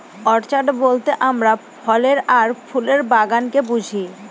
orchard বলতে আমরা ফলের আর ফুলের বাগানকে বুঝি